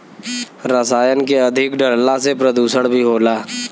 रसायन के अधिक डलला से प्रदुषण भी होला